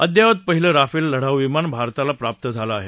अद्ययावत पहिलं राफेल लढाऊ विमान भारताला प्राप्त झालं आहे